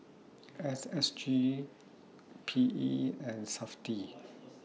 S S G P E and Safti